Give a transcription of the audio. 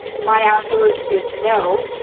my answer is no.